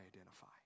identify